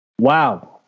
Wow